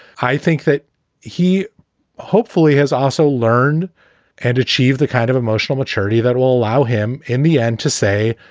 i think that he hopefully has also learned and achieved the kind of emotional maturity that will allow him in the end to say,